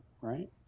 right